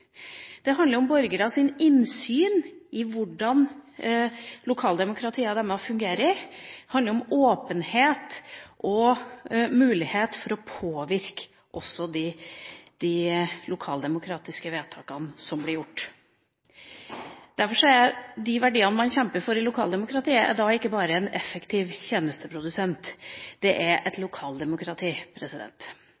Det handler om borgernes innsyn i hvordan lokaldemokratiet deres fungerer, det handler om åpenhet og mulighet for å påvirke også de lokaldemokratiske vedtakene som blir gjort. Derfor er de verdiene man kjemper for i lokaldemokratiet, ikke bare effektive tjenesteprodusenter – det er et